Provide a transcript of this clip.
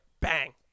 bang